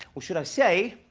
or should i say,